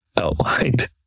outlined